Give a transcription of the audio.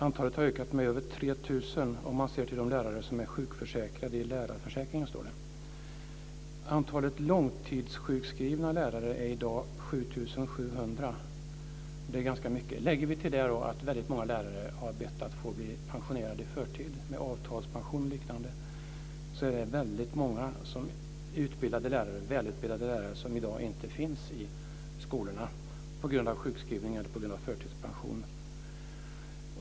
Antalet har ökat med över 3 000 om man ser till de lärare som är sjukförsäkrade i lärarförsäkringen. Antalet långtidssjukskrivna lärare är i dag 7 700. Det är ganska mycket. Lägger vi därtill att väldigt många lärare har bett att få bli pensionerade i förtid med avtalspension eller liknande är det väldigt många välutbildade lärare som i dag inte finns i skolorna på grund av sjukskrivning, förtidspension.